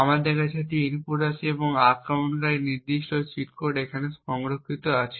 আমাদের এখানে একটি ইনপুট আছে এবং আক্রমণকারীদের নির্দিষ্ট চিট কোড এখানে সংরক্ষিত আছে